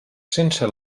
sense